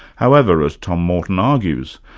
however, as tom morton argues,